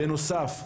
בנוסף,